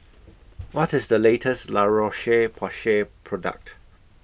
What IS The latest La Roche Porsay Product